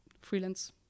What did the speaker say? freelance